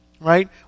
right